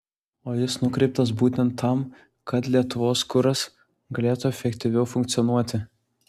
o jis nukreiptas būtent tam kad lietuvos kuras galėtų efektyviau funkcionuoti